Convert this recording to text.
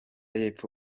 y’epfo